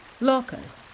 locusts